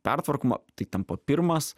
pertvarkoma tai tampa pirmas